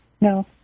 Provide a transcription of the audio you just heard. No